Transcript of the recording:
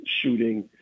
shooting